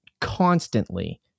constantly